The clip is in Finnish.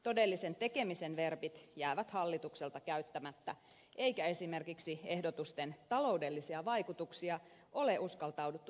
todellisen tekemisen verbit jäävät hallitukselta käyttämättä eikä esimerkiksi ehdotusten taloudellisia vaikutuksia ole uskaltauduttu edes arvioimaan